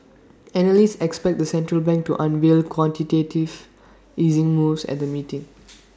analysts expect the central bank to unveil quantitative easing moves at the meeting